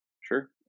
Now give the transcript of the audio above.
Sure